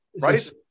Right